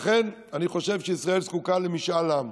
לכן, אני חושב שישראל זקוקה למשאל עם.